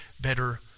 better